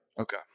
Okay